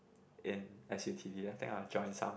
in s_u_t_d I think i will join some